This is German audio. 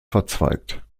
verzweigt